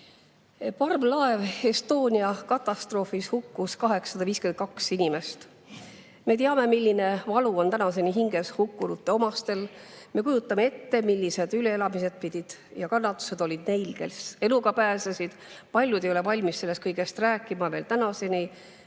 Parvlaev Estonia katastroofis hukkus 852 inimest. Me teame, milline valu on tänini hinges hukkunute omastel. Me kujutame ette, millised üleelamised ja kannatused olid neil, kes eluga pääsesid. Paljud ei ole valmis sellest kõigest veel rääkima